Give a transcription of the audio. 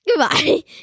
goodbye